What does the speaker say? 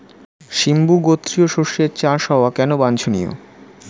সিম্বু গোত্রীয় শস্যের চাষ হওয়া কেন বাঞ্ছনীয়?